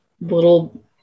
little